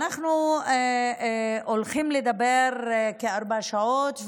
אנחנו הולכים לדבר כארבע שעות,